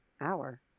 hour